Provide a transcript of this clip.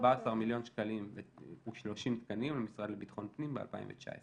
14 מיליון שקלים ו-30 תקנים למשרד לביטחון פנים ב-2019.